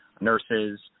nurses